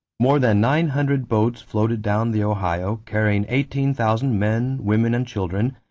more than nine hundred boats floated down the ohio carrying eighteen thousand men, women, and children,